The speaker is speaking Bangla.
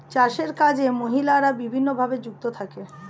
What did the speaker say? চাষের কাজে মহিলারা বিভিন্নভাবে যুক্ত থাকে